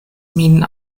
min